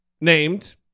Named